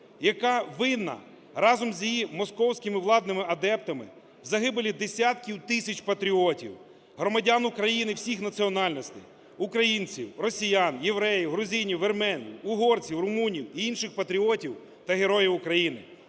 яка винна разом з її московськими владними адептами в загибелі десятків тисяч патріотів, громадян України всіх національностей: українців, росіян, євреїв, грузинів, вірмен, угорців, румунів і інших патріотів та героїв України